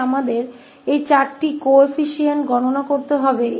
तो इस मामले में हमें इन चार गुणांक 𝐴 𝐵 𝐶𝐷 की गणना करनी होगी